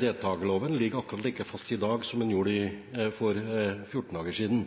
Deltakerloven ligger akkurat like fast i dag som den gjorde for 14 dager siden.